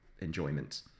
enjoyment